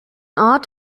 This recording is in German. ort